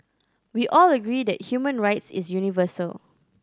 we all agree that human rights is universal